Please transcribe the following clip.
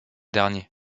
dernier